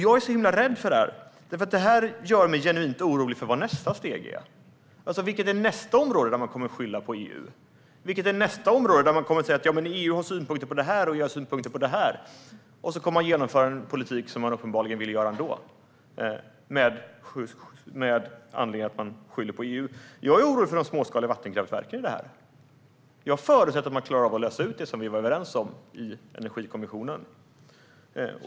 Jag är rädd och genuint orolig för vad nästa steg blir. Vilket är nästa område där man kommer att skylla på EU? Vilket är nästa område där man skyller på att EU har synpunkter på det ena och andra och sedan genomför den politik som man uppenbarligen vill genomföra ändå? Jag är orolig för de småskaliga vattenkraftverken. Jag förutsätter att man klarar av att lösa ut det som vi var överens om i Energikommissionen.